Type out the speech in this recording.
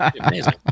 amazing